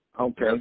Okay